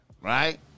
Right